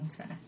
okay